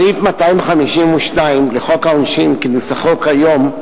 סעיף 252 לחוק העונשין, כנוסחו כיום,